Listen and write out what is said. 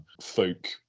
folk